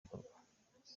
bikorwa